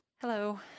hello